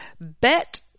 bet